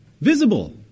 visible